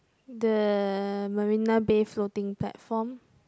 the Marina-Bay Floating Platform